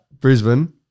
Brisbane